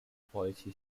policy